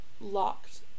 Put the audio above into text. locked